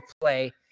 play